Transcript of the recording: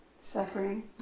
Suffering